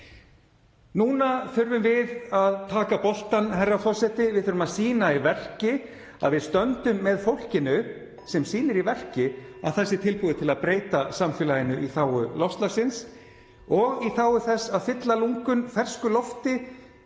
Núna þurfum við að taka boltann, herra forseti. Við þurfum að sýna í verki að við stöndum með fólkinu (Forseti hringir.) sem sýnir í verki að það sé tilbúið til að breyta samfélaginu í þágu loftslagsins og í þágu þess að fylla lungun fersku lofti,